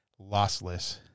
lossless